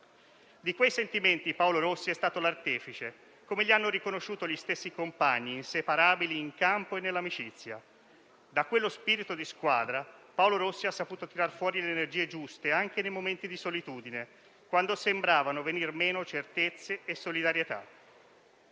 Di quei sentimenti Paolo Rossi è stato l'artefice, come gli hanno riconosciuto gli stessi compagni, inseparabili in campo e nell'amicizia. Da quello spirito di squadra Paolo Rossi ha saputo tirar fuori le energie giuste, anche nei momenti di solitudine, quando sembravano venir meno certezze e solidarietà.